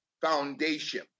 foundation